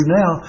now